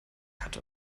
hatte